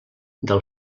del